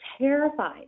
terrified